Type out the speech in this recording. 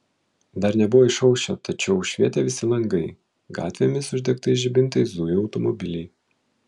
dar nebuvo išaušę tačiau švietė visi langai gatvėmis uždegtais žibintais zujo automobiliai